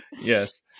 Yes